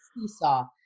Seesaw